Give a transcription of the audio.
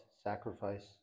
Sacrifice